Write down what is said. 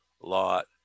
lot